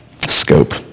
scope